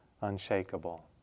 unshakable